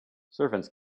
servants